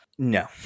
No